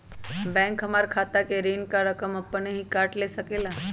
Bank हमार खाता से ऋण का रकम अपन हीं काट ले सकेला?